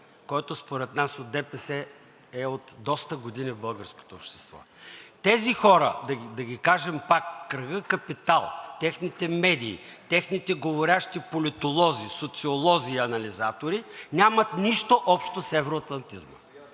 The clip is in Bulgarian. който според нас от ДПС е от доста години в българското общество. Тези хора, да ги кажем пак – кръгът „Капитал“, техните медии, техните говорящи политолози, социолози и анализатори, нямат нищо общо с евроатлантизма.